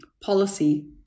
policy